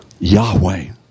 Yahweh